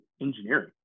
engineering